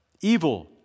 evil